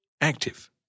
active